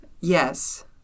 yes